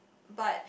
but